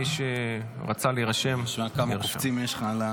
מי שרצה להירשם, נרשם.